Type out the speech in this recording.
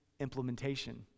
implementation